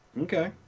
okay